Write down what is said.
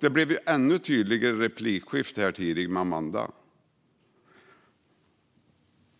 Det blev ännu tydligare i replikskiftet tidigare med Amanda.